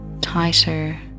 tighter